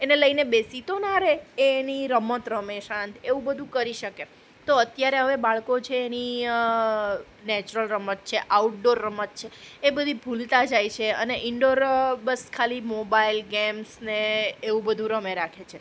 એને લઈને બેસી તો ના રહે એ એની રમત રમે શાંત એવું બધું કરી શકે તો અત્યારે હવે બાળકો છે એની નેચરલ રમત છે આઉટડોર રમત છે એ બધી ભૂલતા જાય છે અને ઇન્ડોર બસ ખાલી મોબાઈલ ગેમ્સને એવું બધું રમ્યા રાખે છે